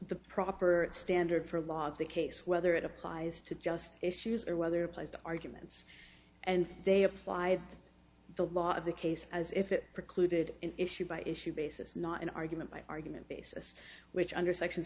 the proper standard for laws the case whether it applies to just issues or whether applied to arguments and they applied the law of the case as if it precluded an issue by issue basis not an argument by argument basis which under section